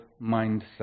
mindset